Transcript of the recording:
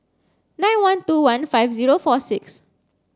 nine one two one five zero four six